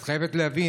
את חייבת להבין,